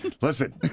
Listen